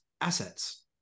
assets